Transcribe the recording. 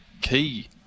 key